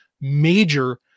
major